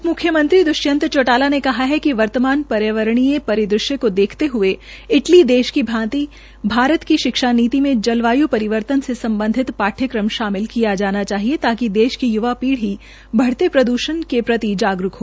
उप मुख्यमंत्री दृष्यंत चौटाला ने कहा है कि वर्तमान पर्यावरण पदिदृश्य को देखते हये इटली देश के भांति भारत की शिक्षा नीति में जलवाय् परिवर्तन से सम्बधित पाठ्यक्रम शामिल किया जाना चाहिए ताकि देश की य्वा पीढ़ी को बढ़ते प्रदूषण के प्रति जागरूक हो